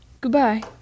goodbye